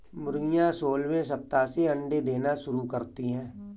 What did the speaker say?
मुर्गियां सोलहवें सप्ताह से अंडे देना शुरू करती है